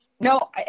no